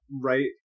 right